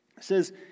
says